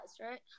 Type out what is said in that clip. right